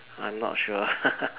I'm not sure